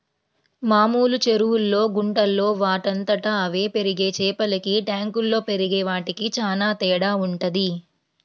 మామూలు చెరువుల్లో, గుంటల్లో వాటంతట అవే పెరిగే చేపలకి ట్యాంకుల్లో పెరిగే వాటికి చానా తేడా వుంటది